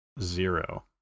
Zero